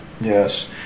Yes